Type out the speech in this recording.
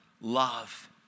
love